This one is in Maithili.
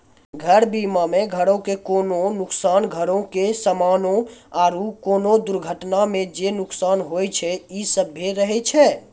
घर बीमा मे घरो के कोनो नुकसान, घरो के समानो आरु कोनो दुर्घटना मे जे नुकसान होय छै इ सभ्भे रहै छै